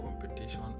competition